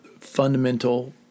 fundamental